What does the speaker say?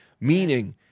Meaning